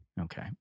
Okay